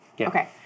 Okay